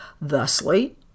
thusly